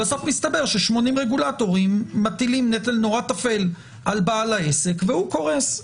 בסוף מסתבר ש-80 רגולטורים מטילים נטל נורא טפל על בעל העסק והוא קורס.